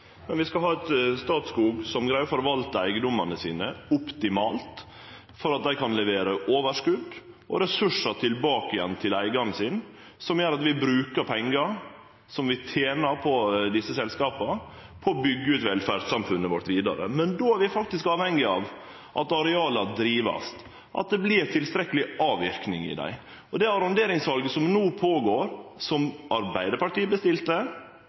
Men vi skal ha eit Statskog som greier å forvalte eigedomane sine optimalt for at dei kan levere overskot og ressursar tilbake igjen til eigaren sin, som gjer at vi bruker pengar som vi tener på desse selskapa, på å byggje ut velferdssamfunnet vårt vidare. Men då er vi faktisk avhengige av at areal vert drivne, og at det vert tilstrekkeleg avverking i dei. Det arronderingssalet som no føregår, som Arbeidarpartiet bestilte